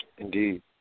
Indeed